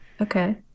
Okay